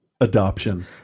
Adoption